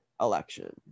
election